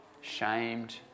shamed